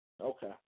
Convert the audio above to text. Okay